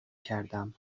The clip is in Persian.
کردم